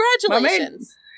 Congratulations